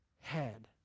head